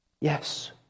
Yes